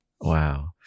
Wow